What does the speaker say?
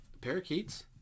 Parakeets